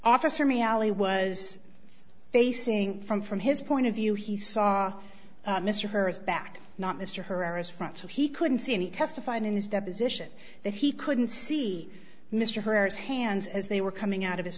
officer me allie was facing from from his point of view he saw mr harris back not mr herrera's front so he couldn't see any testified in his deposition that he couldn't see mr herrera's hands as they were coming out of his